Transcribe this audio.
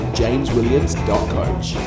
jameswilliams.coach